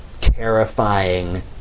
terrifying